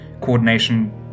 coordination